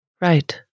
right